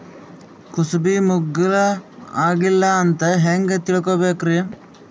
ಕೂಸಬಿ ಮುಗ್ಗ ಆಗಿಲ್ಲಾ ಅಂತ ಹೆಂಗ್ ತಿಳಕೋಬೇಕ್ರಿ?